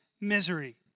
misery